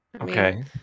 Okay